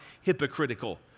hypocritical